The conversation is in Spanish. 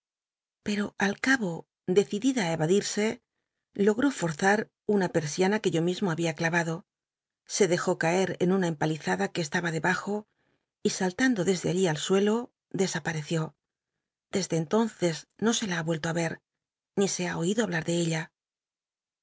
pcro al cabo decidida l cvadíl'sc log'ró forzar una persiana que yo mismo babia cla ado se dejó caer en una empalizada que estaba debajo y sallando desde allí al suelo desapareció desde entonces no se la ha i'uclto tí cr ni se ha oido hablar de ella